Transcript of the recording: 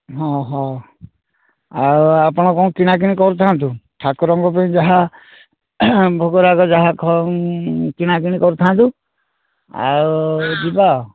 ହଁ ହଉ ଆଉ ଆପଣ କ'ଣ କିଣା କିଣି କରୁଥାନ୍ତୁ ଠାକୁରଙ୍କ ପାଇଁ ଯାହା ଭୋଗ ରାଗ ଯାହା କିଣା କିଣି କରୁଥାନ୍ତୁ ଆଉ ଯିବା ଆଉ